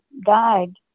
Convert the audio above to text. died